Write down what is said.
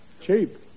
Cheap